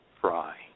Fry